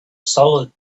solid